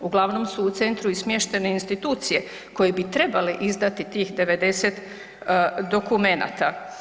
Uglavnom su u centru i smještene institucije koje bi trebale izdati tih 90 dokumenata.